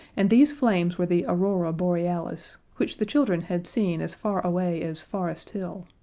and these flames were the aurora borealis, which the children had seen as far away as forest hill.